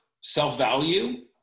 self-value